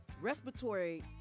Respiratory